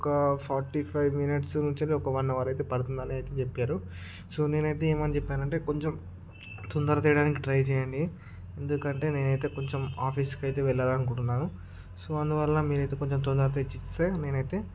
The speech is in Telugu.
ఒక ఫార్టీ ఫైవ్ మినిట్స్ నుంచి ఒక వన్ అవర్ అయితే పడుతుందని అయితే చెప్పారు సో నేనైతే ఏమని చెప్పానంటే కొంచెం తొందర తేవడానికి ట్రై చేయండి ఎందుకంటే నేనైతే కొంచెం ఆఫీస్కి అయితే వెళ్ళాలనుకుంటున్నాను సో అందువల్ల మీరు అయితే కొంచెం తొందరగా తెచ్చిస్తే నేనైతే